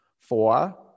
Four